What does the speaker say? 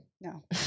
No